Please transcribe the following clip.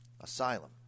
Asylum